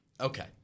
Okay